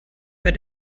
bei